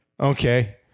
okay